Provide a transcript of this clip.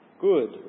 good